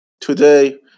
Today